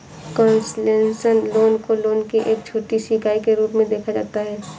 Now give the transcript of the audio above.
concessional loan को loan की एक छोटी सी इकाई के रूप में देखा जाता है